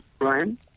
Ryan